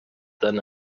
than